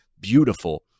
beautiful